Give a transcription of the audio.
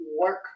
work